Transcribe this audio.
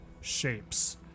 shapes